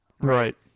right